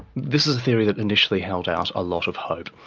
this is a theory that initially held out a lot of hope.